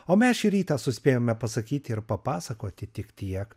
o mes šį rytą suspėjome pasakyti ir papasakoti tik tiek